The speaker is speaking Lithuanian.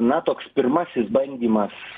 na toks pirmasis bandymas